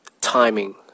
timing